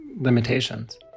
limitations